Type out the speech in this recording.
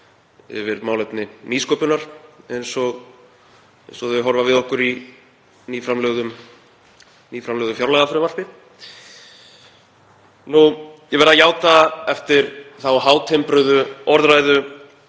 yfir málefni nýsköpunar eins og þau horfa við okkur í nýframlögðu fjárlagafrumvarpi. Ég verð að játa eftir þá hátimbruðu orðræðu